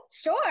sure